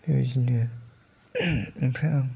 बेबायदिनो ओमफ्राय आं